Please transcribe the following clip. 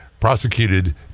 prosecuted